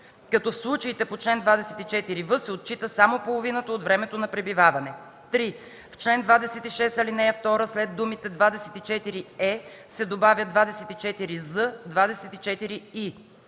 като в случаите по чл. 24в се отчита само половината от времето на пребиваване;”. 3. В чл. 26, ал. 2 след думите „24е” се добавя „24з, 24и”.